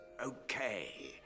Okay